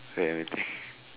where